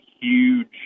huge